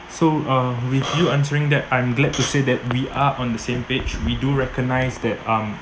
so uh with you answering that I'm glad to say that we are on the same page we do recognise that um